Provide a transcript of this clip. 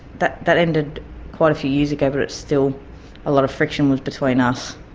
that that ended quite a few years ago but still a lot of friction was between us,